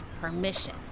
Permission